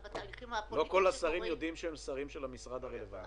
בהמשך לדבריו של חבר הכנסת ברקת